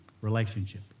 relationship